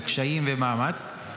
וקשיים ומאמץ,